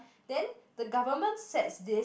then the government sets this